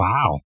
Wow